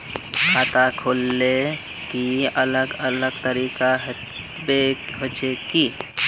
खाता खोले के अलग अलग तरीका होबे होचे की?